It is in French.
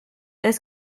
est